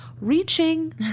reaching